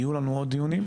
ויש לנו היררכיות בין